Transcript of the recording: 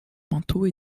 manteau